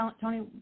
Tony